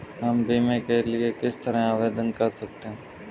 हम बीमे के लिए किस तरह आवेदन कर सकते हैं?